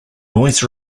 noise